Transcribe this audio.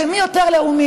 מי יותר לאומי,